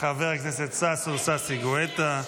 חבר הכנסת ששון ששי גואטה.